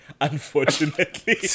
Unfortunately